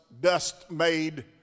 dust-made